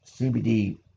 CBD